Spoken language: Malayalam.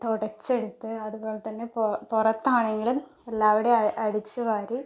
തുടച്ചെടുത്ത് അതുപോലെത്തന്നെ പുറത്താണെങ്കിലും എല്ലാവിടേയും അടിച്ചു വാരി